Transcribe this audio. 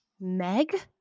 Meg